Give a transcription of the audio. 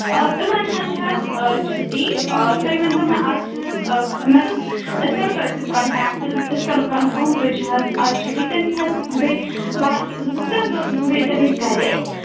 آ تِمَن حظ چھِ اَز آ چھُٹی آ تُہۍ ؤنۍتَو مےٚ اَز چھا حظ مےٚ دوٚپ أسۍ کَرو تۄہہِ سۭتۍ کَنٹیٚکٹٕز أسۍ کَرو کَنفٕرٕم تُہۍ چھِ حظ اَز چھُٹی تٔمِس حظ گٔے وارِ زٕ ترٛےٚ دۄہ گٔے تٔمِس گَرے